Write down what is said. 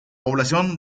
población